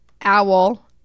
owl